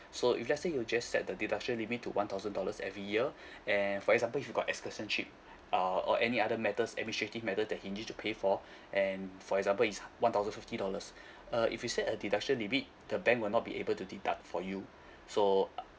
so if let's say you just set the deduction limit to one thousand dollars every year and for example if you got excursion trip uh or any other matters administrative matter that he need to pay for and for example it's one thousand fifty dollars uh if you set a deduction limit the bank will not be able to deduct for you so uh